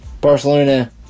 Barcelona